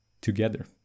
together